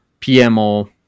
PMO